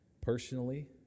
personally